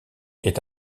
est